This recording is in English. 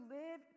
live